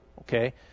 Okay